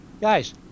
guys